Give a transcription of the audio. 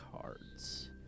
cards